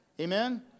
Amen